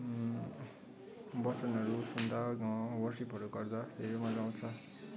वचनहरू सुन्दा वर्सिपहरू गर्दा धेरै मजा आउँछ